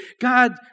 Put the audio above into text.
God